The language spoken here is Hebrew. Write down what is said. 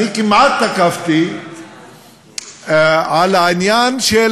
אני כמעט תקפתי על העניין של